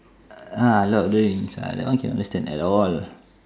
ah lord of the rings ah that one cannot understand at all